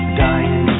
dying